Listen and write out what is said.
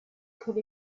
could